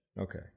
Okay